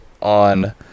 on